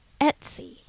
Etsy